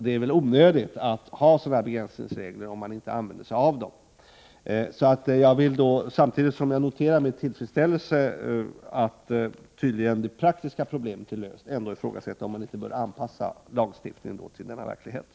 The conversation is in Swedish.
Det är onödigt att ha begränsningsregler som man inte använder. Jag vill alltså, samtidigt som jag med tillfredsställelse noterar att det praktiska problemet tydligen är löst, ifrågasätta om lagstiftningen inte bör anpassas till verkligheten.